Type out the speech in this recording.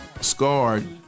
scarred